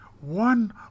one